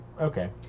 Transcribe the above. Okay